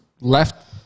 left